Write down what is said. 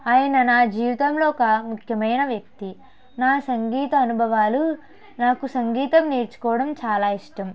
ఆయన నా జీవితంలో ఒక ముఖ్యమైన వ్యక్తి నా సంగీత అనుభవాలు నాకు సంగీతం నేర్చుకోవడం చాలా ఇష్టం